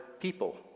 people